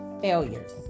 failures